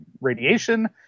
radiation